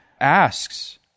asks